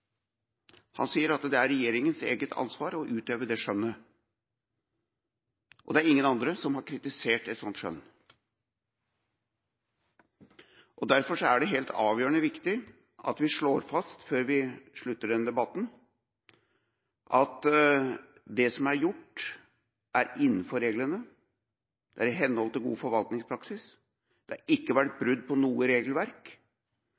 Han sa at det er regjeringas eget ansvar å utøve det skjønnet, og det er ingen andre som har kritisert et sånt skjønn. Derfor er det helt avgjørende viktig at vi slår fast – før vi slutter denne debatten – at det som er gjort, er innenfor reglene, det er i henhold til god forvaltningspraksis, det har ikke vært